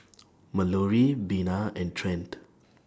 Malorie Bina and Trent